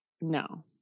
No